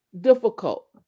difficult